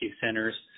centers